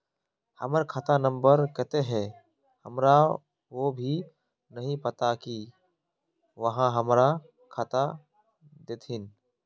हमर खाता नम्बर केते है हमरा वो भी नहीं पता की आहाँ हमरा बता देतहिन?